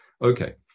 Okay